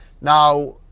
Now